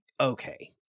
okay